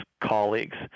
colleagues